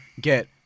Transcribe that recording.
get